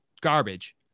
garbage